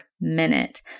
minute